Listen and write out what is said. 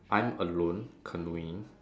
I'm alone canoeing